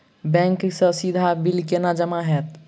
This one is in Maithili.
बैंक सँ सीधा बिल केना जमा होइत?